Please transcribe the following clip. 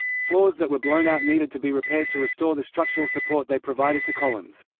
floors that were blown out needed to be repaired to restore the structural support they provided to columns.